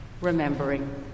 remembering